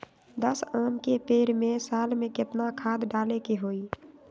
दस आम के पेड़ में साल में केतना खाद्य डाले के होई?